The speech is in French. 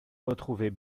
retrouver